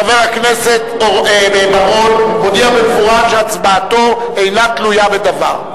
חבר הכנסת בר-און מודיע במפורש שהצבעתו אינה תלויה בדבר.